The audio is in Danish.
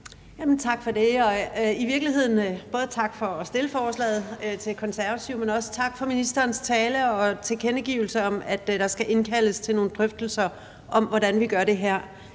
Tak for det. I virkeligheden både tak til Konservative for at stille forslaget, men også til ministeren for talen og tilkendegivelsen om, at der skal indkaldes til nogle drøftelser om, hvordan vi gør det her.